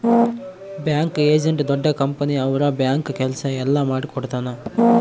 bank agent ದೊಡ್ಡ company ಅವ್ರ bank ಕೆಲ್ಸ ಎಲ್ಲ ಮಾಡಿಕೊಡ್ತನ